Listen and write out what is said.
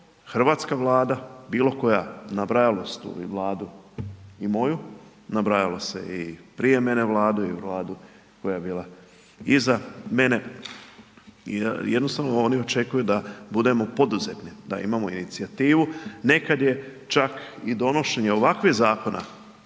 hrvatska Vlada bilo koja, nabrajalo se tu i Vladu i moju, nabrajalo se i prije mene Vladu, i Vladu koja je bila iza mene, jer jednostavno oni očekuju da budemo poduzetni, da imamo inicijativu, nekad je čak i donošenje ovakvih Zakona